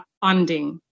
funding